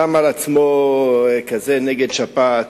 שם על עצמו כזה נגד שפעת,